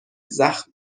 زخم